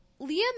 Liam